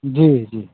जी जी